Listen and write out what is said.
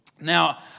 Now